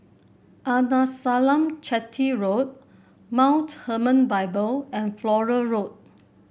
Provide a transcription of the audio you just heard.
Arnasalam Chetty Road Mount Hermon Bible and Flora Road